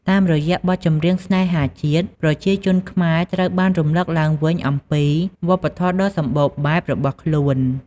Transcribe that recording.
តាមរយៈបទចម្រៀងស្នេហាជាតិ ប្រជាជនខ្មែរត្រូវបានរំលឹកឡើងវិញអំពី វប្បធម៌ដ៏សម្បូរបែប របស់ខ្លួន។